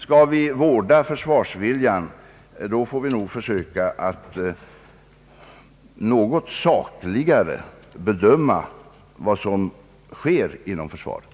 Skall vi vårda försvarsviljan får vi nog försöka att något sakligare bedöma vad som sker inom försvaret.